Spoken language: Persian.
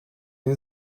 این